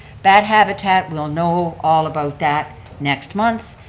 bat habitat, we'll know all about that next month.